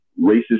racist